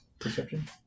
perception